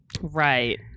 Right